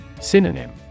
Synonym